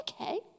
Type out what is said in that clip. Okay